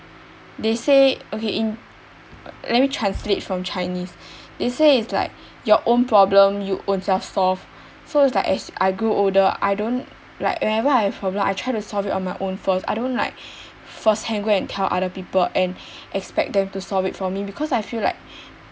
they say okay in let me translate from chinese they say is like your own problem you own self solve so is like as I grew older I don't like whenever I have problem I try to solve it on my own first I don't like first hand go and tell other people and expect them to solve it for me because I feel like